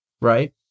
right